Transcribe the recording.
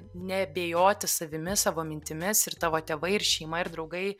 neabejoti savimi savo mintimis ir tavo tėvai ir šeima ir draugai